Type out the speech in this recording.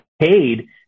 paid